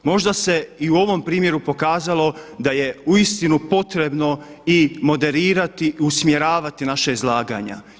Možda se i u ovom primjeru pokazalo da je uistinu potrebno i moderirati, usmjeravati naša izlaganja.